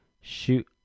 Shoot